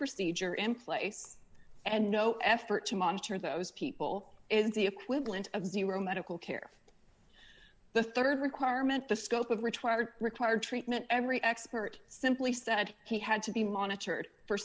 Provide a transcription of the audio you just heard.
procedure in place and no effort to monitor those people is the equivalent of zero medical care the rd requirement the scope of required require treatment every expert simply said he had to be monitored for